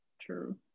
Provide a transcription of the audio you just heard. True